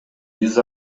биз